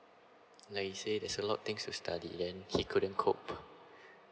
like say there's a lot of things to study then he couldn't cope